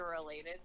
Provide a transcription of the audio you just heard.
related